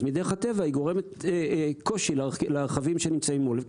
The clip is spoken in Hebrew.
אז מדרך הטבע היא גורמת קושי לרכבים שנמצאים מול.